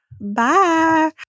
Bye